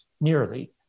nearly